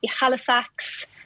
Halifax